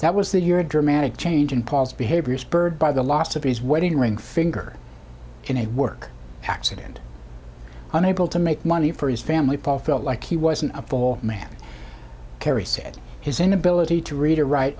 that was the year a dramatic change in paul's behavior spurred by the loss of his wedding ring finger in a work accident unable to make money for his family paul felt like he wasn't a fall man kerry said his inability to read or write